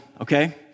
okay